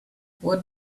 what